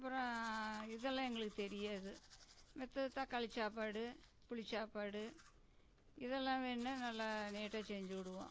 அப்புறோம் இதெல்லாம் எங்களுக்கு தெரியாது மற்றது தக்காளி சாப்பாடு புளி சாப்பாடு இதெல்லாம் வேணுன்னா நல்லா நீட்டாக செஞ்சிவிடுவோம்